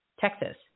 Texas